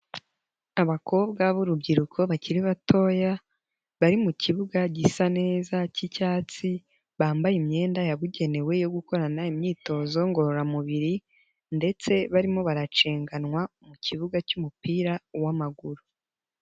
Abakobwa b'urubyiruko bakiri batoya, bari mu kibuga gisa neza cy'icyatsi, bambaye imyenda yabugenewe yo gukorana imyitozo ngororamubiri ndetse barimo baracenganwa mu kibuga cy'umupira w'amaguru.